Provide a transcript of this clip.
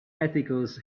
articles